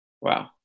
wow